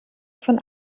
von